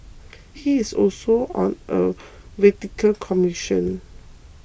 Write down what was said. he is also on a Vatican commission